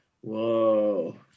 Whoa